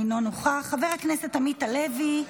אינו נוכח, חבר הכנסת עמית הלוי,